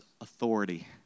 authority